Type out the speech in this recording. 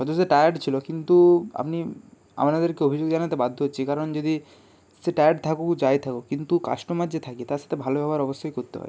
হয়তো সে টায়ার্ড ছিলো কিন্তু আপনি আপনাদেরকে অভিযোগ জানাতে বাধ্য হচ্ছি কারণ যদি সে টায়ার্ড থাকুক যাই থাকুক কিন্তু কাস্টমার যে থাকে তার সাথে ভালো ব্যবহার অবশ্যই করতে হয়